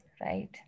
right